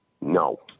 No